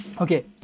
Okay